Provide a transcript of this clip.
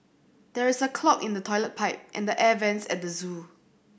there is a clog in the toilet pipe and the air vents at the zoo